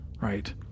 Right